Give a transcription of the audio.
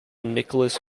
nicholas